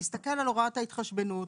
להסתכל על הוראת ההתחשבנות,